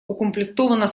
укомплектована